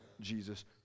Jesus